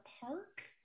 park